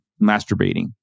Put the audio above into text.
masturbating